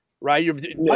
right